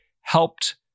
helped